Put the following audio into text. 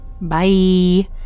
bye